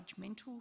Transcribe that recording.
judgmental